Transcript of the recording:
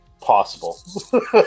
possible